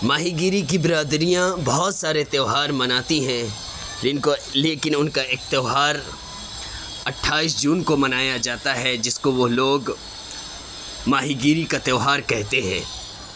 ماہی گیری کی برادریاں بہت سارے تیوہار مناتی ہیں لیکن ان کا ایک تیوہار اٹھائیس جون کو منایا جاتا ہے جس کو وہ لوگ ماہی گیری کا تیوہار کہتے ہیں